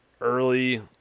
early